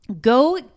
Go